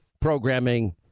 programming